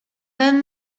then